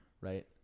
Right